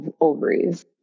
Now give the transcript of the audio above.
ovaries